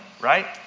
right